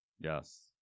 Yes